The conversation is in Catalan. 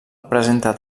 presenta